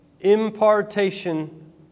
impartation